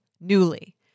Newly